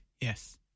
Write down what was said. Yes